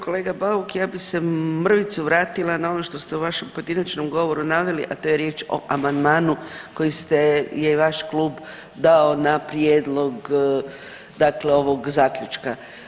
Kolega Bauk, ja bi se mrvicu vratila na ono što ste u vašem pojedinačnom govoru naveli, a to je riječ o amandmanu koji ste, je i vaš klub dao na prijedlog dakle ovog zaključka.